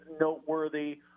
noteworthy